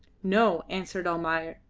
no, answered almayer,